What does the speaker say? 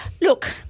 Look